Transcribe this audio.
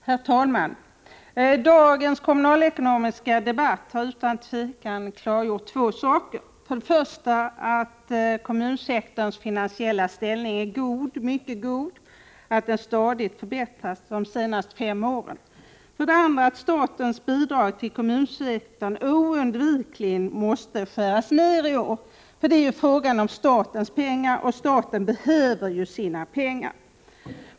Herr talman! Dagens kommunalekonomiska debatt har utan tvivel klargjort två saker: För det första är kommunsektorns finansiella ställning mycket god, och den har stadigt förbättrats de senaste fem åren. För det andra måste statens bidrag till kommunsektorn oundvikligen skäras ned i år. Det är ju fråga om statens pengar, och staten behöver sina pengar.